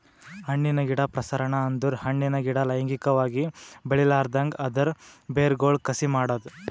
ಹಣ್ಣಿನ ಗಿಡ ಪ್ರಸರಣ ಅಂದುರ್ ಹಣ್ಣಿನ ಗಿಡ ಲೈಂಗಿಕವಾಗಿ ಬೆಳಿಲಾರ್ದಂಗ್ ಅದರ್ ಬೇರಗೊಳ್ ಕಸಿ ಮಾಡದ್